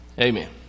amen